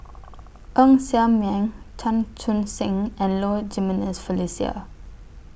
Ng Ser Miang Chan Chun Sing and Low Jimenez Felicia